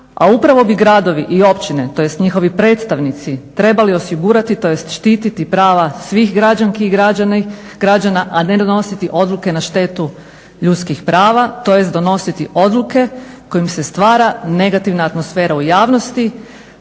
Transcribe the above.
a upravo bi gradovi i općine tj. njihovi predstavnici trebali osigurati tj. štititi prava svih građanki i građana, a ne donositi odluke na štetu ljudskih prava, tj. donositi odluke kojim se stvara negativna atmosfera u javnosti,